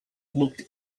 looked